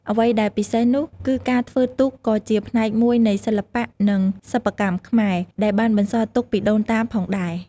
អ្វីដែលពិសេសនោះគឺការធ្វើទូកក៏ជាផ្នែកមួយនៃសិល្បៈ និងសិប្បកម្មខ្មែរ ដែលបានបន្សល់ទុកពីដូនតាផងដែរ។